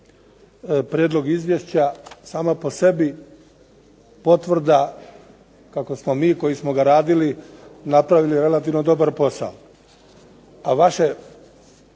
prijedlog izvješća sama po sebi potvrda kako smo mi koji smo ga radili napravili relativno dobar posao. A vaše